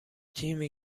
تیمی